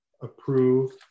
approve